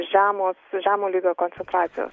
žemo žemo lygio koncentracijos